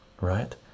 right